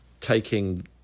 taking